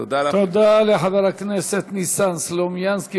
תודה לחבר הכנסת ניסן סלומינסקי,